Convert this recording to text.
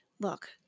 look